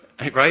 Right